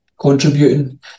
contributing